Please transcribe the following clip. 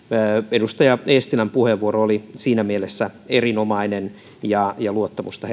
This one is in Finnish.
edustaja eestilän puheenvuoro oli siinä mielessä erinomainen ja ja luottamusta